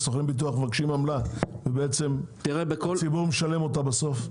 שסוכני ביטוח מבקשים עמלה והציבור משלם אותה בסוף?